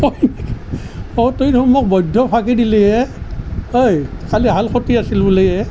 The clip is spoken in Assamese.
অ' তই দেখোন মোক বৈদ্য ফাঁকি দিলি হে ঐ কালি হাল খতি আছিল বোলে হে